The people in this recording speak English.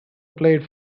played